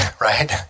right